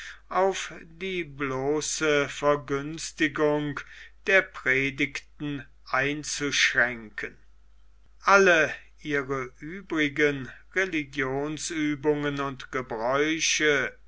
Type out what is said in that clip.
auf die bloße vergünstigung der predigten einzuschränken alle ihre übrigen religionsübungen und gebräuche